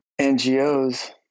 NGOs